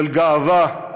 של גאווה,